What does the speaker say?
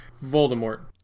Voldemort